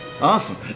Awesome